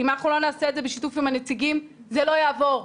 אם אנחנו לא נעשה את זה בשיתוף עם הנציגים זה לא יעבור,